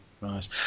nice